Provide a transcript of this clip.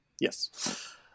Yes